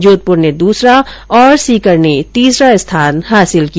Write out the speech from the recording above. जोधपुर ने दूसरा और सीकर ने तीसरा स्थान हासिल किया